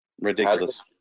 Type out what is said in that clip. Ridiculous